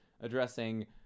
addressing